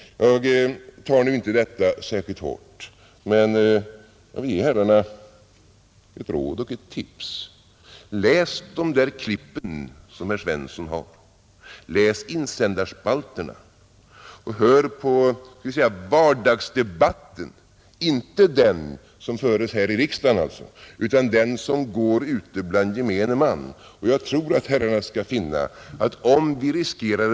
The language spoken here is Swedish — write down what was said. Jag tar inte saken särskilt hårt, men jag vill ge herrarna ett råd och ett tips: Läs de där klippen som herr Svensson har, läs insändarspalterna och hör på vardagsdebatten — inte den som föres här i riksdagen alltså, utan den som går ute bland gemene man!